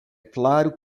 claro